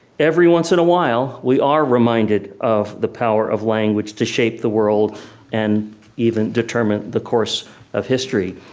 every once in awhile we are reminded of the power of language to shape the world and even determine the course of history.